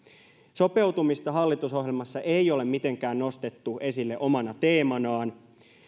sopeutumista hallitusohjelmassa ei ole mitenkään nostettu esille omana teemanaan